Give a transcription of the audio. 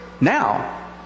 now